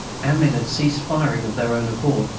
our men had ceased firing of their own accord,